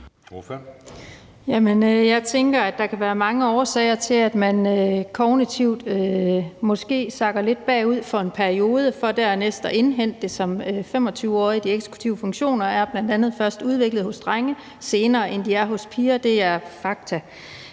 Jeg tænker, at der kan være mange årsager til, at man kognitivt måske sakker lidt bagud for en periode for dernæst at indhente det som 25-årig. De eksekutive funktioner er bl.a. først udviklet hos drenge senere, end de er hos piger. Det er fakta.